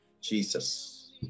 Jesus